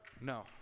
No